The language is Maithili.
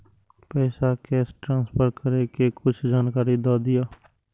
पैसा कैश ट्रांसफर करऐ कि कुछ जानकारी द दिअ